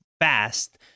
fast